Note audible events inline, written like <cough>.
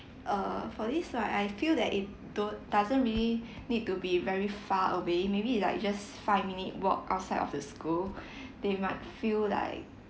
err for this right I feel that it don't doesn't really <breath> need to be very far away maybe it like just five minute walk outside of the school <breath> they might feel like